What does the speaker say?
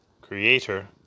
creator